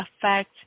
affect